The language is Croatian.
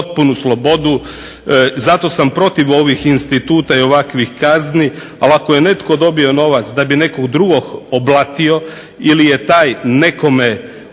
zato sam protiv ovih instituta i ovakvih kazni. Ali ako je netko dobio novac da bi nekog drugog oblatio ili je taj nekome